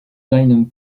seinem